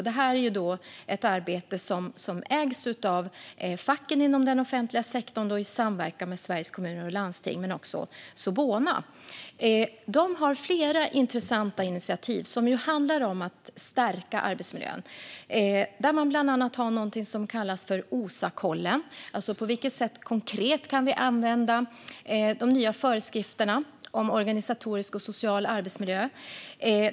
Det är ett arbete som ägs av facken inom den offentliga sektorn i samverkan med Sveriges Kommuner och Landsting och också Sobona. De har flera intressanta initiativ som handlar om att stärka arbetsmiljön. Man har bland annat någonting som kallas för OSA-kollen. På vilket sätt kan vi konkret använda de nya föreskrifterna om organisatorisk och social arbetsmiljö?